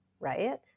right